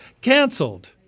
canceled